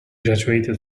graduated